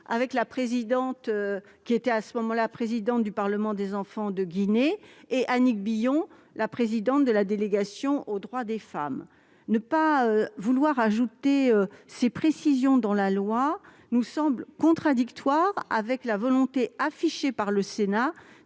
avec Hadja Idrissa Bah, qui était alors présidente du Parlement des enfants de Guinée, et Annick Billon, présidente de la délégation sénatoriale aux droits des femmes. Ne pas vouloir ajouter ces précisions dans la loi nous semble contradictoire avec la volonté affichée par le Sénat